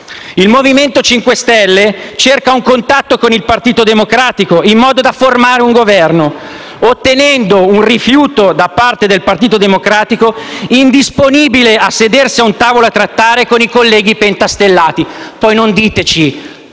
Il Movimento 5 Stelle ha cercato un contatto con il Partito Democratico in modo da formare un Governo, ottenendone un rifiuto, in quanto era indisponibile a sedersi ad un tavolo a trattare con i colleghi pentastellati. Poi non diteci